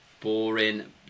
boring